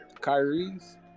Kyrie's